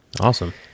Awesome